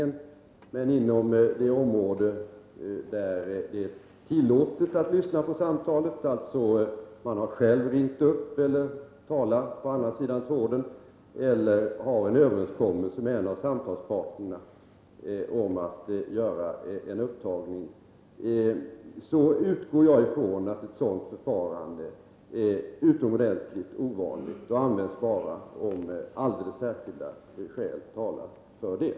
Men inom det område där det är tillåtet att lyssna på telefonsamtal — alltså när man själv har ringt upp eller talar i andra änden av tråden eller har en överenskommelse med samtalspartnern om att göra en upptagning — utgår jag från att ett sådant förfarande är utomordentligt ovanligt. Det används bara om alldeles särskilda skäl talar för det.